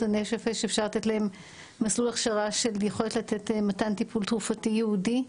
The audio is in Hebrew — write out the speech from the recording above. הנפש מסלול הכשרה של יכולת לתת מתן טיפול תרופתי ייעודי,